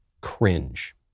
cringe